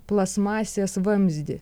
plastmasės vamzdį